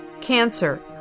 Cancer